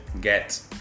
get